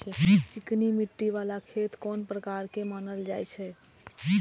चिकनी मिट्टी बाला खेत कोन प्रकार के मानल जाय छै?